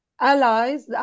allies